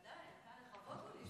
בוודאי, לכבוד הוא לי שתגיד.